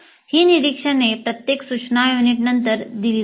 ही निरीक्षणे प्रत्येक सूचना युनिटनंतर दिली जातात